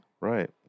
Right